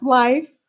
life